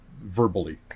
verbally